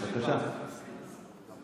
אולי